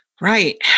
Right